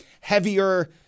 heavier